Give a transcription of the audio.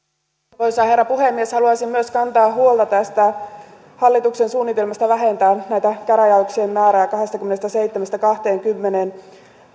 arvoisa herra puhemies haluaisin myös kantaa huolta tästä hallituksen suunnitelmasta vähentää käräjäoikeuksien määrä kahdestakymmenestäseitsemästä kahteenkymmeneen